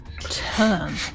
Turn